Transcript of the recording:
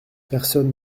personne